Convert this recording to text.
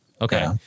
Okay